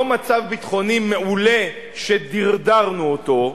לא מצב ביטחוני מעולה שדרדרנו אותו.